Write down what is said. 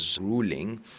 ruling